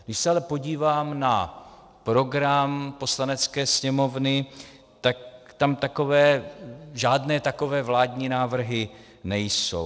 Když se ale podívám na program Poslanecké sněmovny, tak tam žádné takové vládní návrhy nejsou.